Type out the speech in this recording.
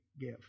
give